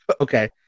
Okay